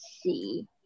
see